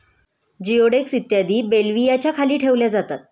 जिओडेक्स इत्यादी बेल्व्हियाच्या खाली ठेवल्या जातात